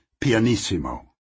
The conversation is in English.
pianissimo